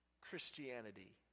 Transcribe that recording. Christianity